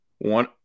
One